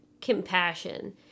compassion